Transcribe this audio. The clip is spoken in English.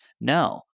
No